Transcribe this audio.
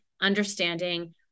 understanding